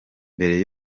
mbere